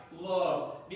love